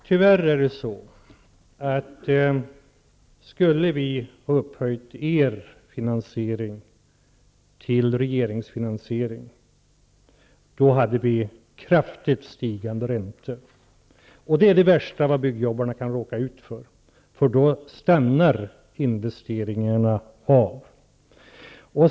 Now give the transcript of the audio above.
Herr talman! Tyvärr är det på sättet att om vi hade upphöjt er finansiering till regeringens finansiering hade vi fått kraftigt stigande räntor. Det är det värsta som byggjobbarna kan råka ut för, eftersom investeringarna då stannar av.